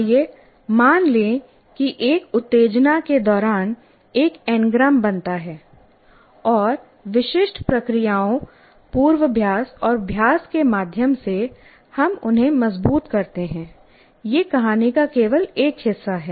आइए मान लें कि एक उत्तेजना के दौरान एक एनग्राम बनता है और विशिष्ट प्रक्रियाओं पूर्वाभ्यास और अभ्यास के माध्यम से हम उन्हें मजबूत करते हैं यह कहानी का केवल एक हिस्सा है